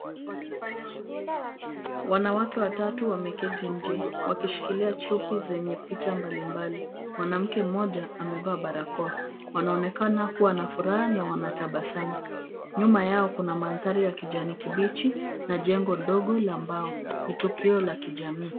Wanawake watatu wameketi nje wakishikilia chupi zenye picha mbalimbali. Mwanamke mmoja amevaa barakoa. Wanaonekana kuwa na furaha na wanatabasamu. Nyuma yao kuna mandhari ya kijani kibichi na jengo ndogo la mbao. Ni tukio la kijamii.